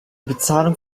bezahlung